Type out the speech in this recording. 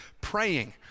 praying